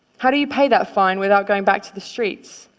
how do you pay that fine without going back to the streets?